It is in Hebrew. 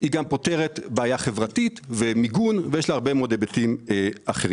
שפותרת גם בעיה חברתית, מיגונית ועוד.